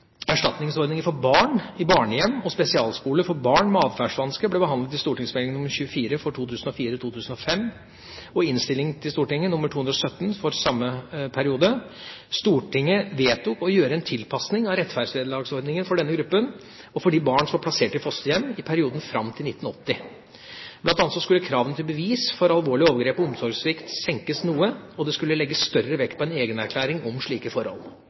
Erstatningsordninger for barn i barnehjem og spesialskoler for barn med atferdsvansker ble behandlet i St.meld. nr. 24 for 2004–2005 og Innst. S nr. 217 for samme periode. Stortinget vedtok å gjøre en tilpasning av rettferdsvederlagsordningen for denne gruppen og for de barn som var plassert i fosterhjem i perioden fram til 1980. Blant annet skulle kravene til bevis for alvorlige overgrep og omsorgssvikt senkes noe, og det skulle legges større vekt på en egenerklæring om slike forhold.